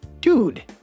dude